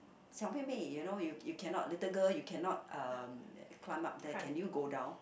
小：xiao 妹妹 you know you you cannot little girl you cannot um uh climb up there can you go down